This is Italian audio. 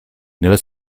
nella